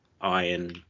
iron